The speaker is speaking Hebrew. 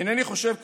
אינני חושב כך.